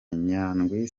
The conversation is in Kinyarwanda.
nyandwi